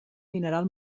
mineral